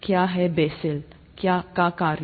क्या है Bessel का कार्य